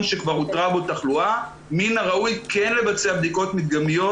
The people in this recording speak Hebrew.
שכבר אותרה בו תחלואה מן הראוי כן לבצע בדיקות מדגמיות.